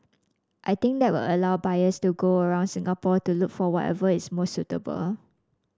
I think that will allow buyers to go around Singapore to look for whatever is most suitable